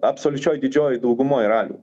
absoliučioj didžiojoj daugumoj ralių